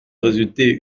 résulté